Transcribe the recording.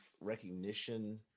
recognition